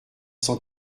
cent